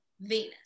Venus